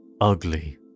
ugly